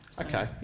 Okay